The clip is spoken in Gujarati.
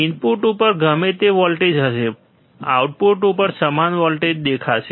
ઇનપુટ ઉપર ગમે તે વોલ્ટેજ હશે આઉટપુટ ઉપર સમાન વોલ્ટેજ દેખાશે